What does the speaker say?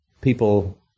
people